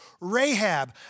Rahab